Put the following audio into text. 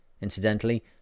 Incidentally